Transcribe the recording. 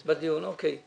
בדיון, אוקיי.